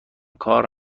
کار